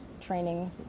training